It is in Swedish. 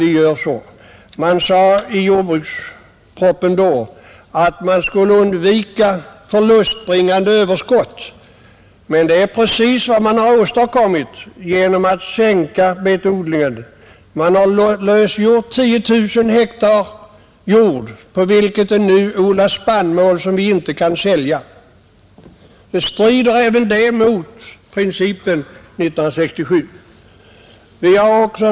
I jordbrukspropositionen 1967 sade man att vi skulle undvika förlustbringande överskott, men det är precis vad man har åstadkommit genom att sänka betodlingen. Därmed har 10 000 hektar jord lösgjorts, och på den odlas nu spannmål som vi inte kan sälja. Det strider mot 1967 års princip att undvika exportöverskott.